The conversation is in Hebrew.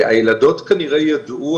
הילדות כנראה ידעו,